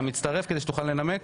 אתה מצטרף, כדי שתוכל לנמק?